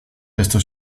desto